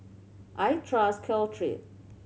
I trust Caltrate